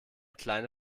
kleine